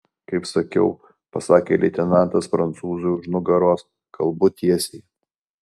kaip sakiau pasakė leitenantas prancūzui už nugaros kalbu tiesiai